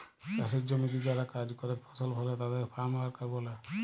চাসের জমিতে যারা কাজ করেক ফসল ফলে তাদের ফার্ম ওয়ার্কার ব্যলে